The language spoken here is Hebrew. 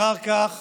אחר כך